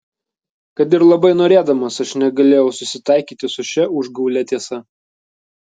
kad ir labai norėdamas aš negalėjau susitaikyti su šia užgaulia tiesa